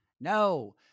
No